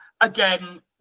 Again